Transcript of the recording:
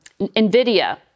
NVIDIA